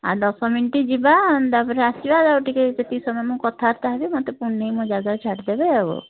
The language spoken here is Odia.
ଆଉ ଦଶ ମିନିଟ ଯିବା ତା'ପରେ ଆସିବା ତା'ପରେ ଟିକେ ସେତିକି ସମୟ ମୁଁ କଥାବାର୍ତ୍ତା ହେବି ମୋତେ ପୁଣି ନେଇକି ମୋ ଜାଗାରେ ଛାଡ଼ିଦେବେ ଆଉ